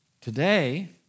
Today